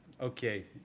Okay